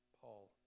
Paul